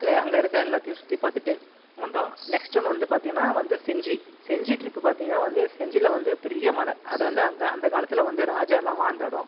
அங்கே இருக்கிற எல்லாத்தையும் சுற்றிப் பார்த்துட்டு வந்தோம் நெக்ஸ்ட் ஒன் வந்து பார்த்தீங்கன்னா வந்து செஞ்சி செஞ்சி ட்ரிப் பார்த்தீங்கன்னா வந்து செஞ்சியில் வந்து பெரிய மலை அது வந்து அங்கே அந்த காலத்தில் வந்து ராஜாவெலாம் வாழ்ந்த இடம்